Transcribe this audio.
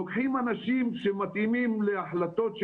לוקחים אנשים שלא מתאימים להחלטות...